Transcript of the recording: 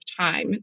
time